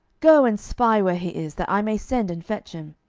go and spy where he is, that i may send and fetch him.